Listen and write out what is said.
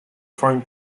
frame